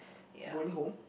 going home